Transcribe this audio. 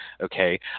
okay